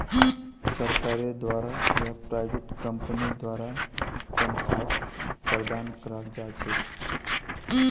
सरकारेर द्वारा या प्राइवेट कम्पनीर द्वारा तन्ख्वाहक प्रदान कराल जा छेक